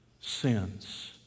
sins